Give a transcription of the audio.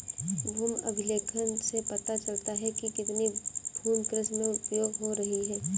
भूमि अभिलेख से पता चलता है कि कितनी भूमि कृषि में उपयोग हो रही है